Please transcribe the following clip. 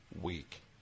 week